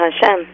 Hashem